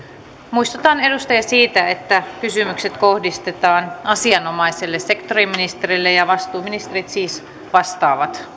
muistutan edustajia siitä että kysymykset kohdistetaan asianomaiselle sektoriministerille vastuuministerit siis vastaavat